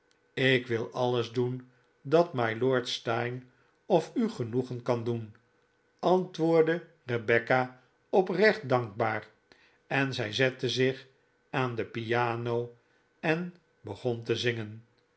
ik wil alles doen dat mylord steyne of u genoeg en kan doen antwoordde rebecca oprecht dankbaar en zij zette zich aan de piano en begon te zingen